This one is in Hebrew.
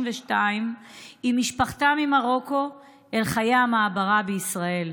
עם משפחתה ממרוקו אל חיי המעברה בישראל.